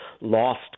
lost